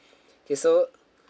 okay so